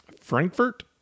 Frankfurt